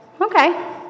okay